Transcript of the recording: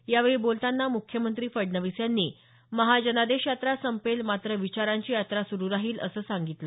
यावेळी बोलताना म्ख्यमंत्री फडणवीस यांनी महाजनादेश यात्रा संपेल मात्र विचारांची यात्रा सुरु राहील असं सांगितलं